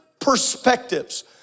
perspectives